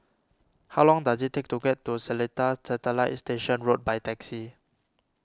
how long does it take to get to Seletar Satellite Station Road by taxi